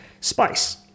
spice